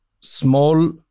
small